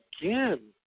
again